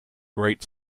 great